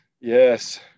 Yes